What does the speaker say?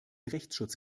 rechtsschutz